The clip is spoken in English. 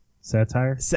Satire